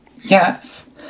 Yes